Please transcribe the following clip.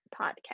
podcast